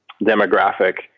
demographic